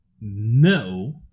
no